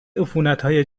عفونتهای